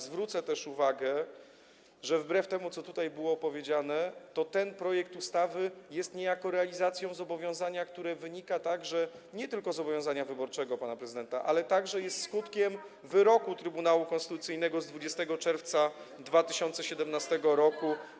Zwrócę też uwagę, że wbrew temu, co tutaj było powiedziane, to ten projekt ustawy jest niejako realizacją zobowiązania, które wynika nie tylko z zobowiązania wyborczego pana prezydenta, ale także jest skutkiem wyroku Trybunału Konstytucyjnego z 20 czerwca 2017 r.